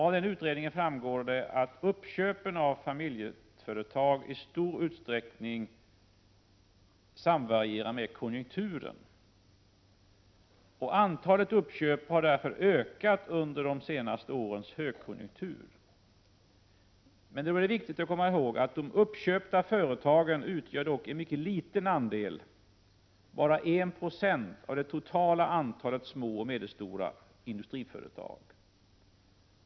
Av den utredningen framgår att uppköpet av familjeföretag i stor utsträckning varierar med konjunkturen. Antalet uppköp har därför ökat under de senaste årens högkonjunktur. I det sammanhanget är det viktigt att komma ihåg att de uppköpta företagen dock utgör en mycket liten andel — bara 1 90 — av det totala antalet små och medelstora industriföretag.